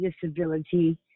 disability